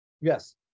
Yes